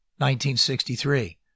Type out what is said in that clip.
1963